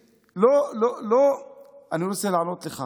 לא, אני רוצה להראות לך.